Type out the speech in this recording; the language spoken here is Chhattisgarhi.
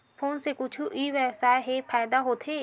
फोन से कुछु ई व्यवसाय हे फ़ायदा होथे?